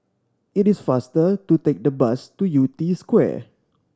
it is faster to take the bus to Yew Tee Square